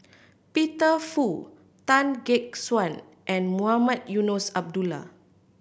Peter Fu Tan Gek Suan and Mohamed Eunos Abdullah